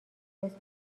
اسم